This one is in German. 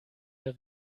der